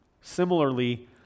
Similarly